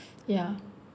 ya